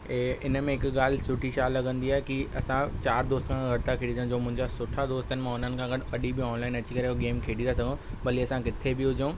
ऐं हिन में हिकु ॻाल्हि सुठी छा लॻंदी आहे की असां चारि दोस्त सां गॾु खेॾी था सघनि जो मुंहिंजा सुठा दोस्त आहिनि मां उन्हनि सां गॾु कॾहिं बि ऑनलाइन अची करे गेम खेॾी था सघूं भली असां किथे बि हुजूं